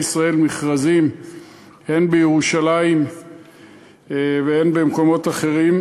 ישראל מכרזים הן בירושלים והן במקומות אחרים.